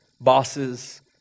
bosses